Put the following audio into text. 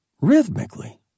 rhythmically